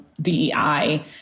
DEI